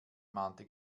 mahnte